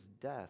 death